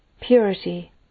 purity